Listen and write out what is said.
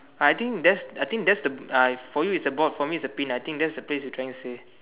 I think that's I think that's the uh for you is a ball for me is a pin I think that's the place you are trying to say